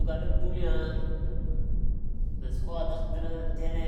Ŋ ndzuka ɗaŋ duniya nda səkwagha dah dəna ŋ tene